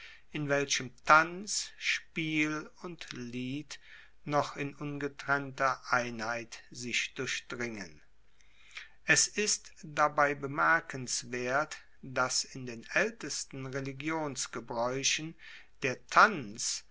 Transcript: in welchem tanz spiel und lied noch in ungetrennter einheit sich durchdringen es ist dabei bemerkenswert dass in den aeltesten religionsgebraeuchen der tanz